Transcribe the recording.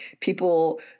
people